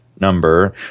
number